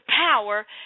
power